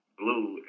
blue